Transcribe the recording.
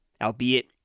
Albeit